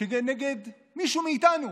כנגד מישהו מאיתנו,